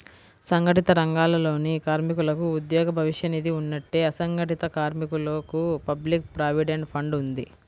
సంఘటిత రంగాలలోని కార్మికులకు ఉద్యోగ భవిష్య నిధి ఉన్నట్టే, అసంఘటిత కార్మికులకు పబ్లిక్ ప్రావిడెంట్ ఫండ్ ఉంది